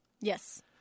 Yes